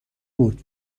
بود